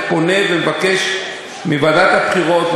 ופונה ומבקש מוועדת הבחירות,